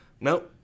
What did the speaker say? No